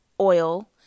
oil